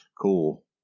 Cool